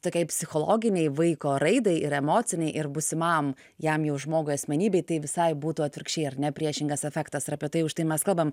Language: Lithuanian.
tokiai psichologinei vaiko raidai ir emocinei ir būsimam jam jau žmogui asmenybei tai visai būtų atvirkščiai ar ne priešingas efektas ir apie tai už tai mes kalbam